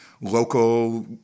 local